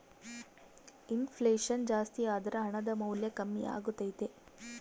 ಇನ್ ಫ್ಲೆಷನ್ ಜಾಸ್ತಿಯಾದರ ಹಣದ ಮೌಲ್ಯ ಕಮ್ಮಿಯಾಗತೈತೆ